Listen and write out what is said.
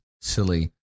silly